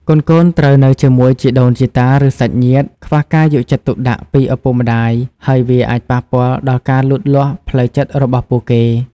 កូនៗត្រូវនៅជាមួយជីដូនជីតា ឬសាច់ញាតិ ខ្វះការយកចិត្តទុកដាក់ពីឪពុកម្ដាយ ហើយវាអាចប៉ះពាល់ដល់ការលូតលាស់ផ្លូវចិត្តរបស់ពួកគេ។ ។